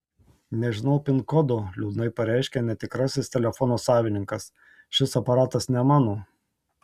nežinau pin kodo liūdnai pareiškia netikrasis telefono savininkas šis aparatas ne mano